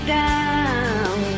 down